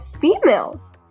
females